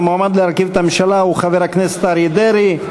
המועמד להרכיב את הממשלה הוא חבר הכנסת אריה דרעי.